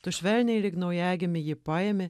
tu švelniai lyg naujagimį jį paimi